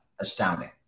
astounding